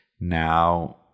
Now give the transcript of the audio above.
Now